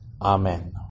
Amen